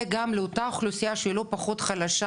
זה גם לאותה אוכלוסייה שלא פחות חלשה